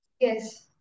Yes